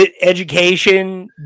education